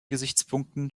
gesichtspunkten